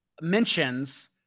mentions